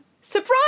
Surprise